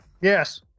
Yes